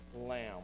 lamb